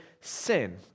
sin